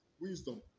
Wisdom